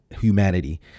humanity